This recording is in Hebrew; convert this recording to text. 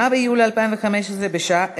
הצעת חוק יסודות התקציב (תיקון מס' 47, הוראת שעה)